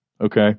okay